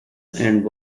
and